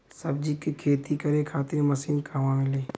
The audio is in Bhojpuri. सब्जी के खेती करे खातिर मशीन कहवा मिली?